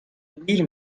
دیر